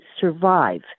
survive